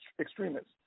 extremists